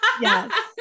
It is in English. Yes